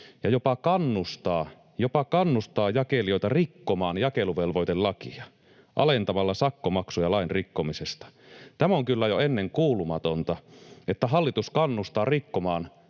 — jopa kannustaa — jakelijoita rikkomaan jakeluvelvoitelakia alentamalla sakkomaksuja lain rikkomisesta. Tämä on kyllä jo ennenkuulumatonta, että hallitus kannustaa rikkomaan